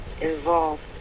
involved